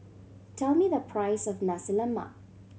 tell me the price of Nasi Lemak